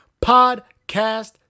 podcast